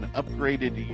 upgraded